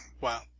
Wow